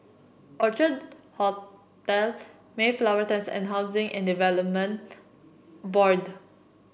Orchard Hotel Mayflower Terrace and Housing and Development Board